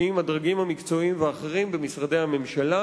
עם הדרגים המקצועיים והאחרים במשרדי הממשלה,